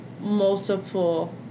multiple